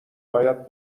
باید